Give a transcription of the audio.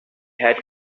had